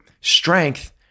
Strength